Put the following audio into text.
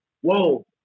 whoa